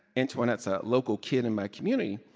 antoinette's a local kid in my community.